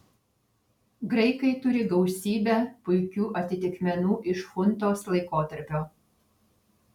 graikai turi gausybę puikių atitikmenų iš chuntos laikotarpio